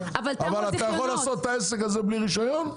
אבל אתה יכול לעשות את העסק הזה בלי רישיון?